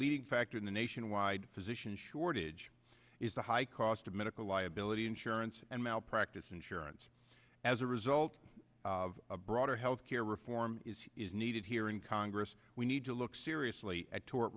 leading factor in the nationwide physician shortage is the high cost of medical liability insurance and malpractise insurance as a result of a broader health care reform is needed here in congress we need to look seriously at tort